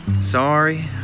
Sorry